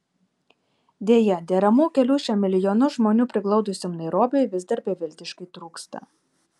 deja deramų kelių šiam milijonus žmonių priglaudusiam nairobiui vis dar beviltiškai trūksta